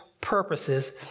purposes